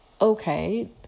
okay